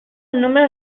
número